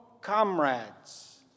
comrades